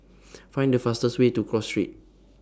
Find The fastest Way to Cross Street